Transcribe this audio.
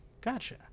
Gotcha